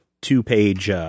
two-page